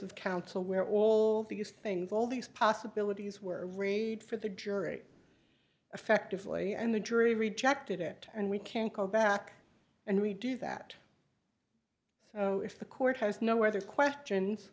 of counsel where all these things all these possibilities were arrayed for the jury effectively and the jury rejected it and we can't go back and we do that so if the court has no other questions